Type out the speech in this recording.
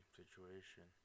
situation